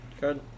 Good